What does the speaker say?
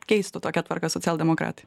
keistų tokią tvarką socialdemokratai